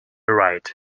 right